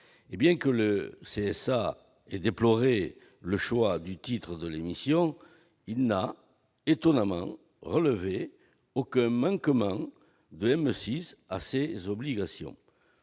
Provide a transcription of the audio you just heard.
». Bien qu'il ait déploré le choix du titre de l'émission, le CSA n'a, étonnamment, relevé aucun manquement de M6 à ses obligations